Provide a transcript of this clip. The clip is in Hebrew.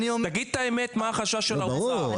תגיד את האמת מה החשש של האוצר.